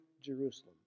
Jerusalem